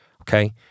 Okay